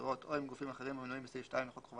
אחרים או כאשר יש